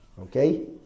Okay